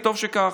וטוב שכך,